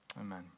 Amen